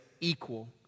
equal